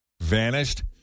vanished